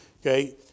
Okay